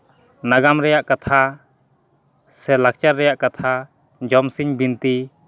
ᱱᱟᱜᱟᱢ ᱨᱮᱭᱟᱜ ᱠᱟᱛᱷᱟ ᱥᱮ ᱞᱟᱠᱪᱟᱨ ᱨᱮᱭᱟᱜ ᱠᱟᱛᱷᱟ ᱡᱚᱢᱥᱤᱢ ᱵᱤᱱᱛᱤ